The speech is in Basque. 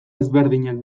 ezberdinak